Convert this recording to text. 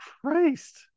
Christ